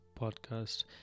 podcast